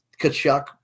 Kachuk